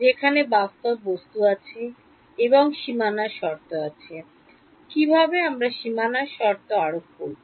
যেখানে বাস্তব বস্তু আছে এবং সীমানা শর্ত আছে কিভাবে আমরা সীমানা শর্ত আরোপ করব